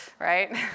right